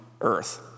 earth